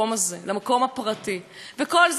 וכל זה בעזרת קואליציה,